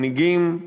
מנהיגים,